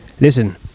Listen